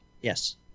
Yes